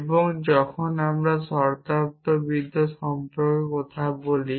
এবং যখন আমরা শব্দার্থবিদ্যা সম্পর্কে কথা বলি